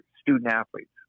student-athletes